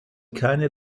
keine